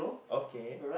okay